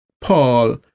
Paul